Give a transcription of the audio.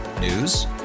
News